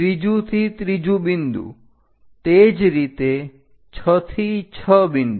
ત્રીજું થી ત્રીજું બિંદુ તે જ રીતે 6 થી 6 બિંદુ